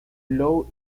lou